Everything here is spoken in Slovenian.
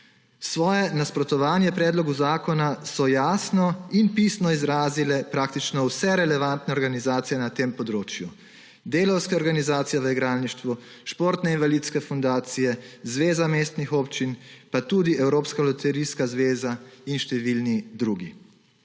Svoje nasprotovanje predlogu zakona so jasno in pisno izrazile praktično vse relevantne organizacije na tem področju – delavske organizacije v igralništvu, športne, invalidske fundacije, zveza mestnih občin pa tudi evropska loterijska zveza in številni drugi.